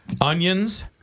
onions